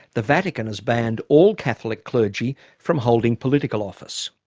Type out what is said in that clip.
the vatican has banned all catholic clergy from holding political office.